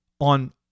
on